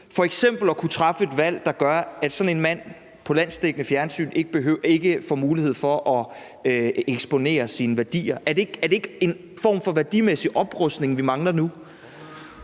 at kunne træffe et valg, der gør, at sådan en mand ikke får mulighed for at eksponere sine værdier på landsdækkende fjernsyn. Er det ikke en form for værdimæssig oprustning, vi mangler nu?